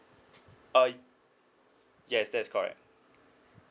uh yes that is correct